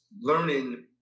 learning